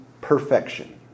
perfection